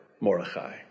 Mordechai